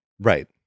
Right